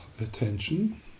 attention